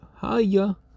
Hiya